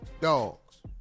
dogs